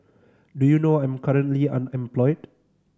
do you know I'm currently unemployed